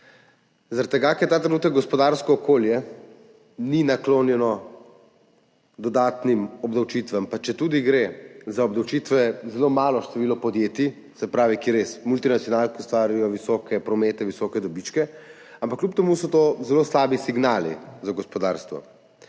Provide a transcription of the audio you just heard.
Zaradi tega, ker ta trenutek gospodarsko okolje ni naklonjeno dodatnim obdavčitvam, pa četudi gre za obdavčitve zelo malega števila podjetij, kjer res multinacionalke ustvarjajo visoke promete, visoke dobičke, ampak kljub temu so to zelo slabi signali za gospodarstvo.